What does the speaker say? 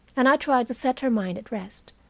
and i tried to set her mind at rest.